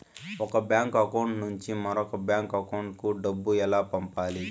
ఒక bank account నుంచి మరొక బ్యాంకు అకౌంట్ కు డబ్బు ఎలా పంపాలి